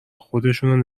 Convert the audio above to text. خودشونو